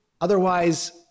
otherwise